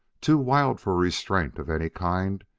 too wild for restraint of any kind,